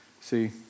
See